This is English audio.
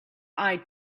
eye